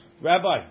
Rabbi